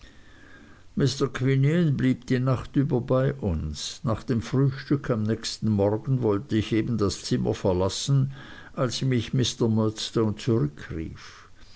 mr quinion blieb die nacht über bei uns nach dem frühstück am nächsten morgen wollte ich eben das zimmer verlassen als mich mr